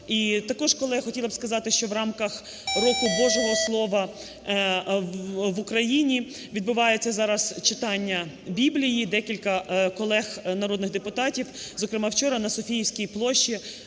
також, колеги, хотіла б сказати, що в рамках Року Божого Слова в Україні відбувається зараз читання Біблії, декілька колег народних депутатів, зокрема вчора на Софіївській площі,